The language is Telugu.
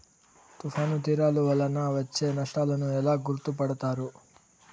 తుఫాను తీరాలు వలన వచ్చే నష్టాలను ఎలా గుర్తుపడతారు?